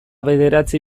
bederatzi